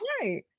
Right